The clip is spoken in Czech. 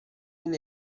jen